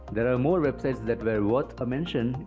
there are more websites that were worth a mention,